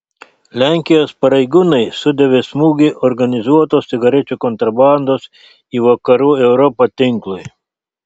lenkijos pareigūnai sudavė smūgį organizuotos cigarečių kontrabandos į vakarų europą tinklui